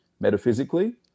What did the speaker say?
metaphysically